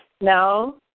No